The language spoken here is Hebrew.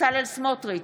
בצלאל סמוטריץ'